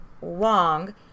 Wong